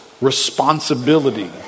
responsibility